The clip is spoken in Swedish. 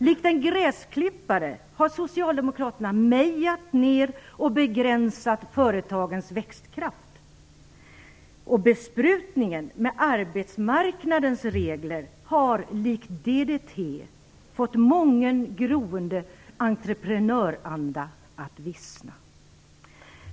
Likt en gräsklippare har socialdemokraterna mejat ner och begränsat företagens växtkraft, och besprutningen med arbetsmarknadens regler har likt DDT fått mången groende entreprenöranda att vissna.